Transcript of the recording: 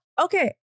Okay